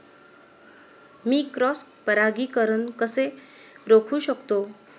मी cross परागीकरण कसे रोखू शकतो?